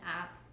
app